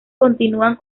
continúan